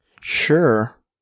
Sure